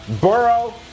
burrow